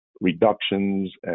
reductions